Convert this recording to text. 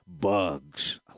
Bugs